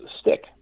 stick